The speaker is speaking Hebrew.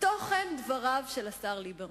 תוכן דבריו של השר ליברמן.